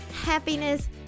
happiness